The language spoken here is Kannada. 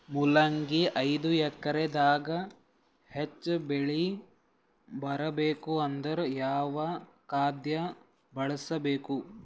ಮೊಲಂಗಿ ಐದು ಎಕರೆ ದಾಗ ಹೆಚ್ಚ ಬೆಳಿ ಬರಬೇಕು ಅಂದರ ಯಾವ ಖಾದ್ಯ ಬಳಸಬೇಕು?